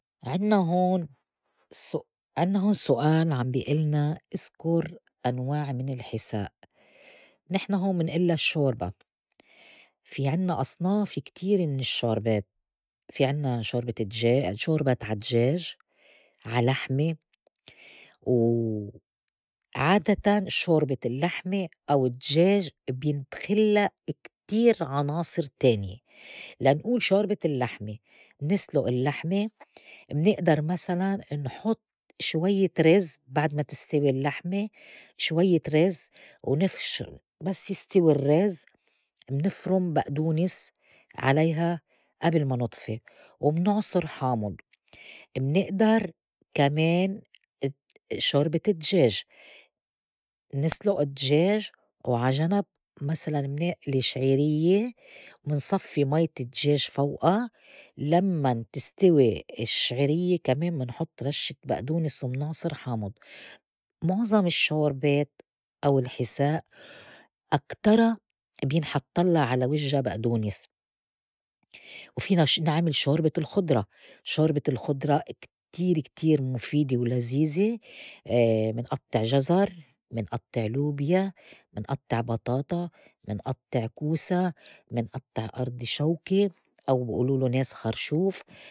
عنّا هون سُ- عنّا هون سؤال عم بي إلنا أذكر أنواع من الحساء نحن هون منئلّا شوربا في عنّا أصناف كتير من الشوربات، في عنا شوربة- دجا- شوربة عدجاج، عالحمة و عادتاً شوربة اللّحمة أو الدجاج بيدخلّا كتير عناصر تانية. لنئول شوربة اللّحمة، منسلُئ الّلحمة منأدر مسلاً نحط شويّة رز بعد ما تستوي اللّحمة شويّة رز ونفش بس يستوي الرّز منفرُم بئدونس عليها أبل ما نطفي ومنُعصُر حامُض. منِئْدَر كمان ات- شوربة الدجاج منسلُئ الدجاج وعا جَنَب مسلاً منألي شعيريّة من صفّي ميّة الدجاج فوئا لمّن تستوي الشعيريّة كمان منحط رشّة بئدونس ومنعصُر حامض. مُعظم الشّوربات أو الحِساء أكترا بينحطلّا على وجّا بئدونس. وفينا نش- نعمل شوربة الخضرا شوربة الخضرا كتير كتير مُفيدة ولزيزة منئطّع جزر، منئطّع لوبيا، منئطّع بطاطا، منئطّع كوسا، منئطّع أرضي شوكة أو بيئولولو ناس خرشوف.